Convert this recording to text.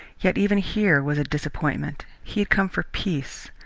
yet even here was a disappointment. he had come for peace,